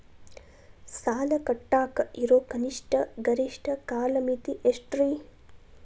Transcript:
ಸಾಲ ಕಟ್ಟಾಕ ಇರೋ ಕನಿಷ್ಟ, ಗರಿಷ್ಠ ಕಾಲಮಿತಿ ಎಷ್ಟ್ರಿ?